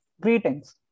Greetings